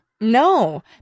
No